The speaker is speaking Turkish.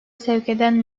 sevkeden